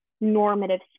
normative